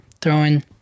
throwing